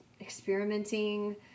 experimenting